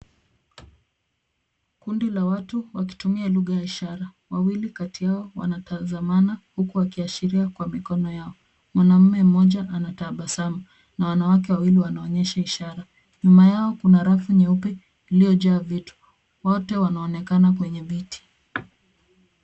Kundi la watu wakitumia lugha ya ishara. Wawili kato yao wanatazamana huku wakiashiria kwa mikono yao. Mwanaume mmoja anatabasamu na wanawake wawili wanaonyesha ishara. Nyuma yao kuna rafu nyeupe iliyojaa vitu. Wote wanaonekana kwenye viti.